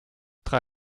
drei